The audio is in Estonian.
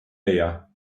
leia